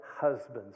husbands